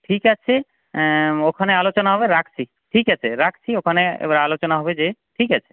ঠিক আছে ওখানে আলোচনা হবে রাখছি ঠিক আছে রাখছি ওখানে এবার আলোচনা হবে গিয়ে ঠিক আছে